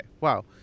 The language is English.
wow